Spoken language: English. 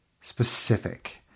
specific